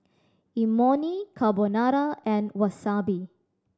Imoni Carbonara and Wasabi